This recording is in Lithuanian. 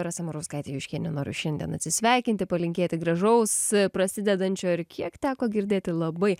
rasa murauskaitė juškienė noriu šiandien atsisveikinti palinkėti gražaus prasidedančio ir kiek teko girdėti labai